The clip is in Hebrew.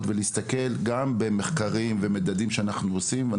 ולבחון דברים על פי מחקרים ומדדים שאנחנו עושים,